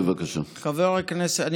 חבר הכנסת, בבקשה.